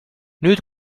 nüüd